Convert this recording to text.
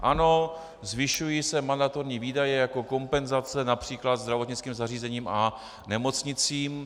Ano, zvyšují se mandatorní výdaje jako kompenzace např. zdravotnickým zařízením a nemocnicím.